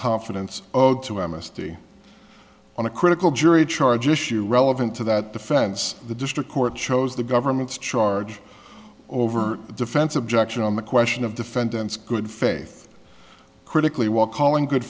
confidence owed to amnesty on a critical jury charge issue relevant to that defense the district court chose the government's charge over the defense objection on the question of defendant's good faith critically while calling good